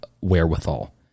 wherewithal